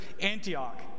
Antioch